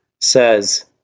says